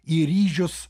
į ryžius